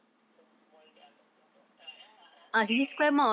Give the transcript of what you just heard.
the mall that I'm talking about ah ya ya that's not that right ya